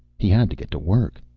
he had to get to work.